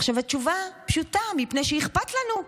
עכשיו, התשובה פשוטה: מפני שאכפת לנו.